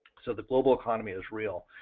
so the global economy is real.